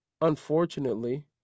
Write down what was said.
unfortunately